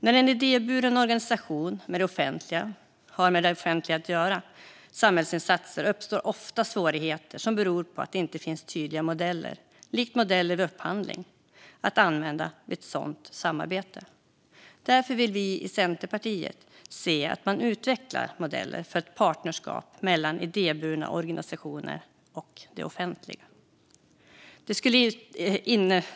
När en idéburen organisation har med det offentliga att göra i samband med samhällsinsatser uppstår ofta svårigheter som beror på att det inte finns tydliga modeller, likt modeller vid upphandling, att använda vid ett sådant samarbete. Därför vill vi i Centerpartiet se att man utvecklar modeller för ett partnerskap mellan idéburna organisationer och det offentliga.